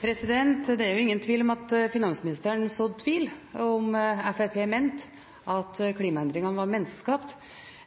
jo ingen tvil om at finansministeren sådde tvil om Fremskrittspartiet mener at klimaendringene er menneskeskapt,